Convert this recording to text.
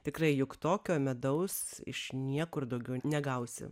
tikrai juk tokio medaus iš niekur daugiau negausi